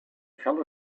fell